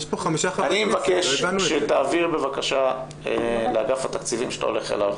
אני מבקש שתעביר בבקשה לאגף התקציבים שא תה הולך אליו,